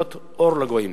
להיות אור לגויים.